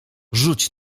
rzuć